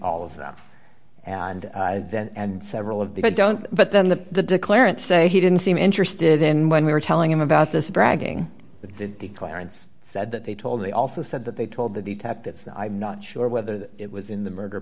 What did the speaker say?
all of them and then and several of the don't but then the the declarant say he didn't seem interested then when we were telling him about this bragging but clarence said that they told they also said that they told the detectives i'm not sure whether it was in the murder